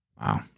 Wow